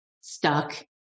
stuck